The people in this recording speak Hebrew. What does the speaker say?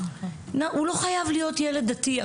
הוא לא חייב להיות ילד דתי,